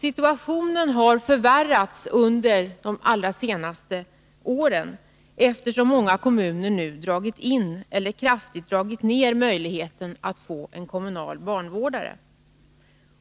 Situationen har försvårats främst de allra senaste åren, eftersom många kommuner nu dragit in eller kraftigt dragit ner möjligheten att få en kommunal barnvårdare.